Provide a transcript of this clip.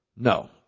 No